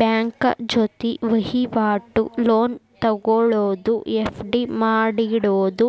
bank ಜೊತಿ ವಹಿವಾಟು, loan ತೊಗೊಳೋದು, ಎಫ್.ಡಿ ಮಾಡಿಡೊದು,